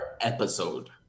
episode